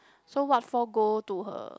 so what for go to her